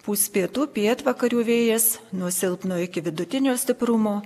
pūs pietų pietvakarių vėjas nuo silpno iki vidutinio stiprumo